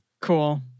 Cool